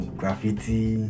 graffiti